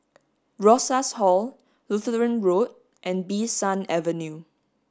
Rosas Hall Lutheran Road and Bee San Avenue